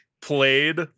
played